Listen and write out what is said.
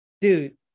Dude